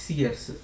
years